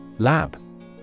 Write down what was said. Lab